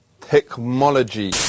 Technology